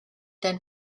then